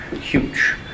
huge